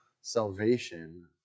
salvation